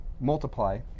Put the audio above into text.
multiply